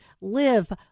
Live